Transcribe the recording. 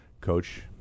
coach